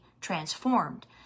transformed